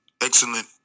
excellent